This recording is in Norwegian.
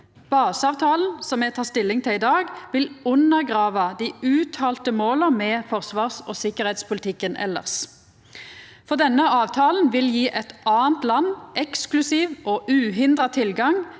i dag, vil undergrava dei uttalte måla med forsvars- og sikkerheitspolitikken elles, for denne avtalen vil gje eit anna land eksklusiv og uhindra tilgang